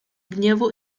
gniewu